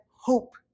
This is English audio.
hope